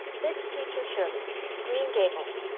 miss teacher shirley green gabels.